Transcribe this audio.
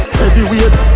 heavyweight